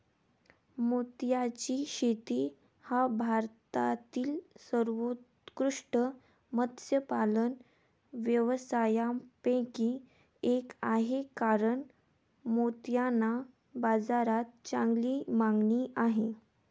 मोत्याची शेती हा भारतातील सर्वोत्कृष्ट मत्स्यपालन व्यवसायांपैकी एक आहे कारण मोत्यांना बाजारात चांगली मागणी आहे